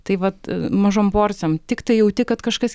tai vat mažom porcijom tiktai jauti kad kažkas